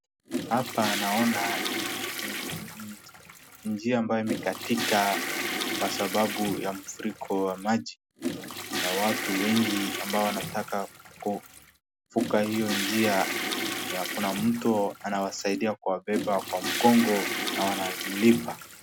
Hapa naona njia ambayo imekatika kwa sababu ya mfuriko wa maji na watu wengi ambao wanataka kuvuka hiyo njia na kuna mtu anawasaidia kuwabeba kwa mgongo na wanamlipa.